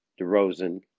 DeRozan